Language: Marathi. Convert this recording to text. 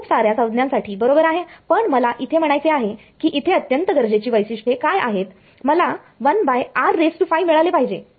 खूप साऱ्या संज्ञा साठी बरोबर आहे पण मला इथे म्हणायचे आहे की इथे अत्यंत गरजेची वैशिष्ट्ये काय आहेत मला मिळाले पाहिजे